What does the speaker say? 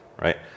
right